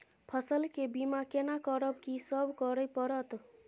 फसल के बीमा केना करब, की सब करय परत?